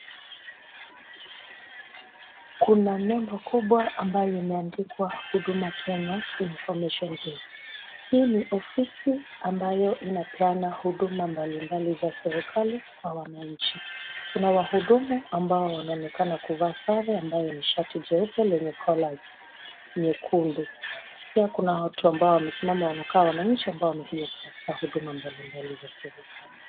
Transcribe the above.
Kuna nembo kubwa ambayo imeandikwa Huduma Kenya Information Desk . Hii ni ofisi ambayo inapeana huduma mbalimbali za serikali kwa wananchi. Kuna wahudumu ambao wanaonekana kuvaa sare ambayo ni shati jeupe lenye colors nyekundu. Pia kuna watu ambao wamesimama wanakaa wananchi ambao wamekuja kutafuta huduma mbalimbali za serikali.